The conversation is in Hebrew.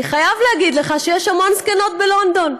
אני חייב להגיד לך שיש המון זקנות בלונדון,